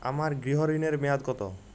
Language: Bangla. আমার গৃহ ঋণের মেয়াদ কত?